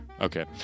Okay